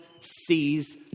sees